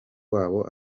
wabo